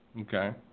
Okay